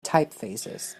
typefaces